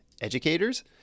educators